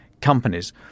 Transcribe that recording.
companies